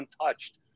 untouched